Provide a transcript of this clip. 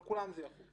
על כולם זה יחול.